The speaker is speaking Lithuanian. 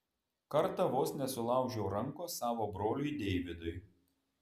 kartą vos nesulaužiau rankos savo broliui deividui